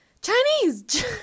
Chinese